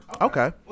Okay